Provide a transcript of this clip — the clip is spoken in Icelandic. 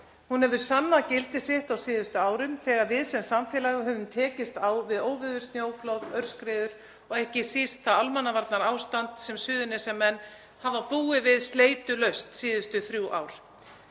Hún hefur sannað gildi sitt á síðustu árum þegar við sem samfélag höfum tekist á við óveður, snjóflóð, aurskriður og ekki síst það almannavarnaástand sem Suðurnesjamenn hafa búið við sleitulaust síðustu þrjú ár.